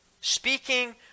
speaking